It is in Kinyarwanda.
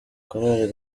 korari